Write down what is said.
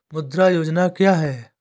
मुद्रा योजना क्या है?